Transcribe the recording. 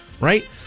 right